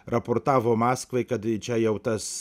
raportavo maskvai kad čia jau tas